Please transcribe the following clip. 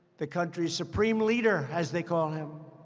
the country's supreme leader, as they call him,